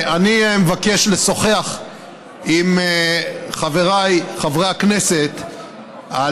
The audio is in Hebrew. אני מבקש לשוחח עם חבריי חברי הכנסת על